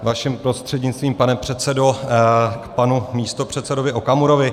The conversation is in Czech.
Vaším prostřednictvím, pane předsedo, k panu místopředsedovi Okamurovi.